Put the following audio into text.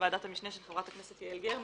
ועדת המשנה של חברת הכנסת יעל גרמן,